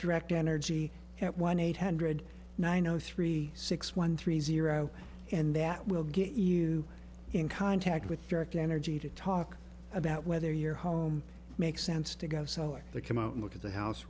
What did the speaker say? direct energy at one eight hundred nine zero three six one three zero and that will get you in contact with dark energy to talk about whether your home makes sense to go solar the come out and look at the house